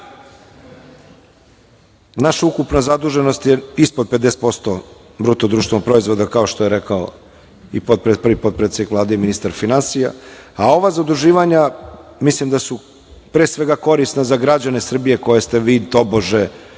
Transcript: naša ukupna zaduženost je ispod 50% BDP-a, kao što je rekao i prvi potpredsednik Vlade ministar finansija, a ova zaduživanja, mislim da su, pre svega, korisna za građane Srbije, koje ste vi, tobože,